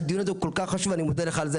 הדיון הזה הוא כל כך חשוב ואני מודה לך על זה,